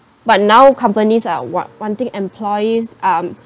but now companies are want~ wanting employees um